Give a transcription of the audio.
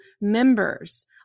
members